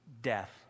death